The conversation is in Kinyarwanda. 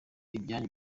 ibyanyu